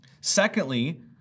Secondly